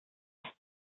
wird